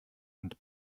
und